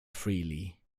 freely